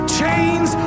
chains